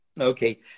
Okay